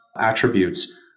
attributes